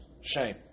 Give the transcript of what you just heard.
shame